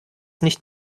nicht